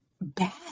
bad